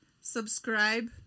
subscribe